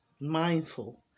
mindful